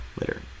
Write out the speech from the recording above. later